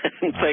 Thank